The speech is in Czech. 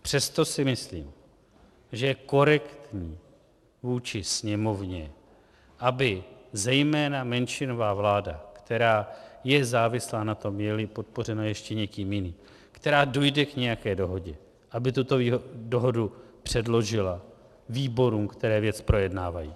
Přesto si myslím, že je korektní vůči Sněmovně, aby zejména menšinová vláda, která je závislá na tom, jeli podpořena ještě někým jiným, která dojde k nějaké dohodě, aby tuto dohodu předložila výborům, které věc projednávají.